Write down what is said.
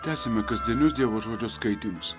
tęsiame kasdienius dievo žodžio skaitymus